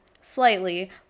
slightly